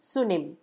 Sunim